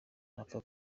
ntapfa